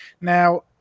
Now